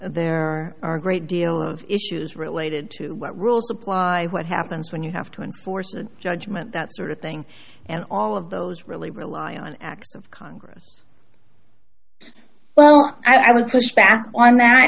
are are a great deal of issues related to what rules apply what happens when you have to enforce a judgment that sort of thing and all of those really rely on acts of congress well i would push back on that